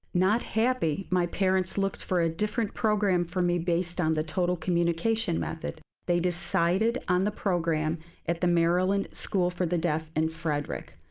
not happy, my parents looked for a different program for me based on the total communication method. they decided on the program at the maryland school for the deaf in and frederick.